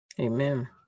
amen